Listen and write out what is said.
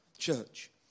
church